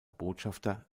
botschafter